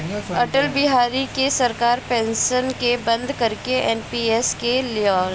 अटल बिहारी के सरकार पेंशन के बंद करके एन.पी.एस के लिअवलस